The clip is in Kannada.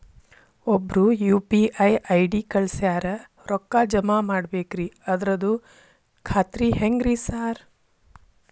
ಒಬ್ರು ಯು.ಪಿ.ಐ ಐ.ಡಿ ಕಳ್ಸ್ಯಾರ ರೊಕ್ಕಾ ಜಮಾ ಮಾಡ್ಬೇಕ್ರಿ ಅದ್ರದು ಖಾತ್ರಿ ಹೆಂಗ್ರಿ ಸಾರ್?